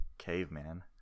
caveman